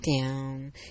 down